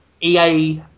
EA